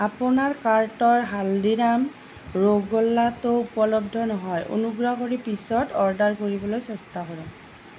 আপোনাৰ কাৰ্টৰ হালদিৰাম ৰাসগোল্লাটো উপলব্ধ নহয় অনুগ্ৰহ কৰি পিছত অৰ্ডাৰ কৰিবলৈ চেষ্টা কৰক